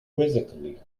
quizzically